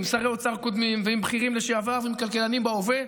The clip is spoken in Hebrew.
עם שרי אוצר קודמים ועם בכירים לשעבר ועם כלכלנים בהווה,